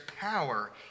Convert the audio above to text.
power